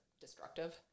destructive